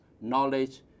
knowledge